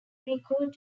recalled